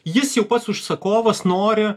jis jau pats užsakovas nori